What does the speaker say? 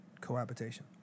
cohabitation